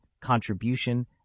contribution